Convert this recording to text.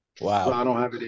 Wow